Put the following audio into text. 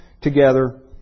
together